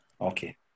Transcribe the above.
Okay